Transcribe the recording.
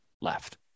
left